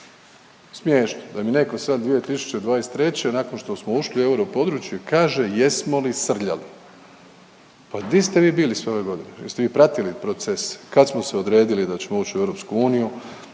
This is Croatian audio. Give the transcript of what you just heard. Smiješno, da mi netko sad 2023. nakon što smo ušli u europodručje kaže jesmo li srljali. Pa gdje ste vi bili sve ove godine? Jeste vi pratili proces kad smo se odredili da ćemo ući u EU, kad smo u